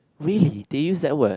really they use that word